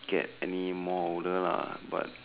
get any more older lah but